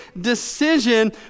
decision